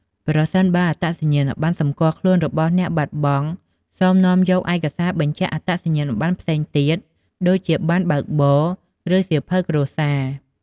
ប្រសិនបើអត្តសញ្ញាណប័ណ្ណសម្គាល់ខ្លួនរបស់អ្នកបាត់បង់ សូមនាំយកឯកសារបញ្ជាក់អត្តសញ្ញាណផ្សេងទៀត ដូចជាប័ណ្ណបើកបរ ឬសៀវភៅគ្រួសារ។